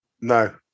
No